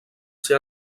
ser